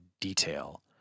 detail